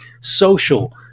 social